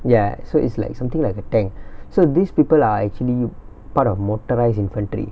ya so it's like something like a tank so these people are actually part of motorised infantry